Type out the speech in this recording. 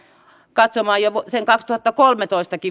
katsomaan sen kaksituhattakolmetoista